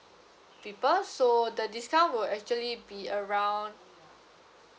people so the discount will actually be around